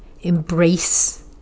Embrace